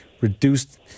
Reduced